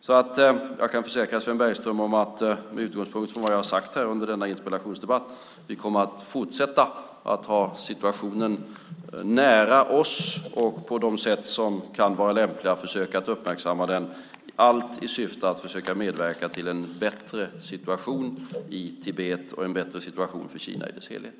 Jag kan därför försäkra Sven Bergström om att vi med utgångspunkt från vad jag har sagt här under denna interpellationsdebatt kommer att fortsätta att ha situationen nära oss och på de sätt som kan vara lämpliga att försöka uppmärksamma den, allt i syfte att försöka medverka till en bättre situation i Tibet och en bättre situation för Kina i dess helhet.